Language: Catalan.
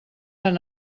han